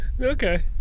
Okay